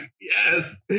Yes